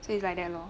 so its like that lor